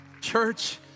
Church